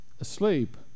asleep